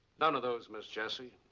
none of those, miss jessie.